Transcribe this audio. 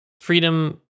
freedom